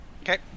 Okay